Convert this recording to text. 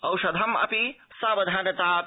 औषधम् अपि सावधानता अपि